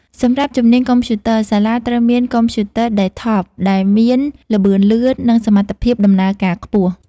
សម្រាប់ជំនាញកុំព្យូទ័រ សាលាត្រូវមានកុំព្យូទ័រ Desktop ដែលមានល្បឿនលឿននិងសមត្ថភាពដំណើរការខ្ពស់។